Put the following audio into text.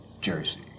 Jersey